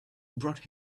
brought